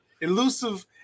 elusive